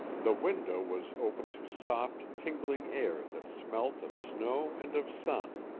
the window was open to soft, tingling air that smelt of snow and of sun,